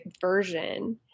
version